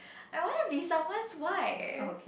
I want to be someone's wife